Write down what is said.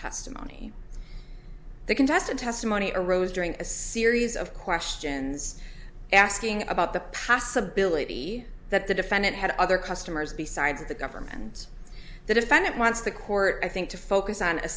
testimony the contested testimony arose during a series of questions asking about the possibility that the defendant had other customers besides the government the defendant wants the court i think to focus on a